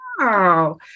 Wow